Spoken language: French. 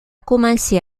commencé